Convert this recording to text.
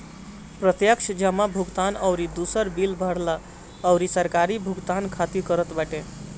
प्रत्यक्ष जमा भुगतान अउरी दूसर बिल भरला अउरी सरकारी भुगतान खातिर करत बाटे